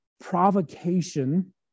provocation